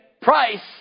price